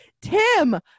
Tim